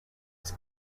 was